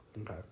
Okay